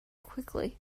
quickly